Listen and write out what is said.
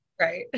Right